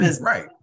right